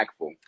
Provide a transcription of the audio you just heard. impactful